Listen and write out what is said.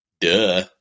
Duh